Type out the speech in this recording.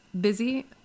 busy